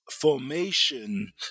formation